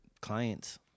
clients